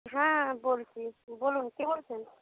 হ্যাঁ বলছি বলুন কে বলছেন